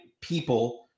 people